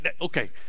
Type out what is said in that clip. Okay